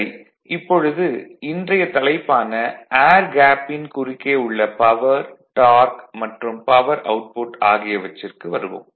சரி இப்பொழுது இன்றைய தலைப்பான ஏர் கேப்பின் குறுக்கே உள்ள பவர் டார்க் மற்றும் பவர் அவுட்புட் ஆகியவற்றிற்கு வருவோம்